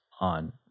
on